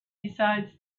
besides